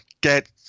get